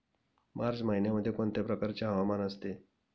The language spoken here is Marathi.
मार्च महिन्यामध्ये कोणत्या प्रकारचे हवामान असते?